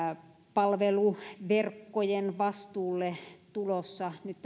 palveluverkkojen vastuulle tulossa nyt